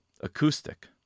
acoustic